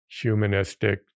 humanistic